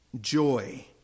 joy